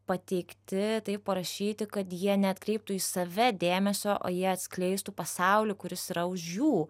pateikti taip parašyti kad jie neatkreiptų į save dėmesio o jie atskleistų pasaulį kuris yra už jų